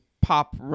pop